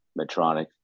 Medtronic